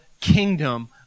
kingdom